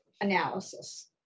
analysis